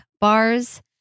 Bars